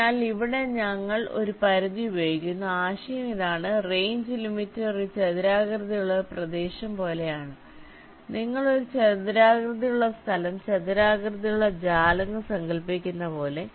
അതിനാൽ ഇവിടെ ഞങ്ങൾ ഒരു പരിധി ഉപയോഗിക്കുന്നു ആശയം ഇതാണ് റേഞ്ച് ലിമിറ്റർ ഒരു ചതുരാകൃതിയിലുള്ള പ്രദേശം പോലെയാണ് നിങ്ങൾ ഒരു ചതുരാകൃതിയിലുള്ള സ്ഥലം ചതുരാകൃതിയിലുള്ള ജാലകം സങ്കൽപ്പിക്കുന്നത് പോലെ